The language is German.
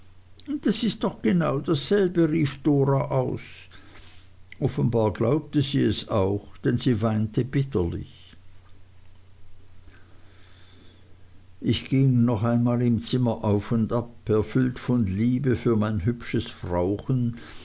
das ist doch genau dasselbe rief dora aus offenbar glaubte sie es auch denn sie weinte bitterlich ich ging noch einmal im zimmer auf und ab erfüllt von liebe für mein hübsches frauchen